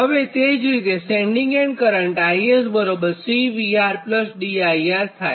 હવેતે જ રીતે sending end current IS CVR D IR થાય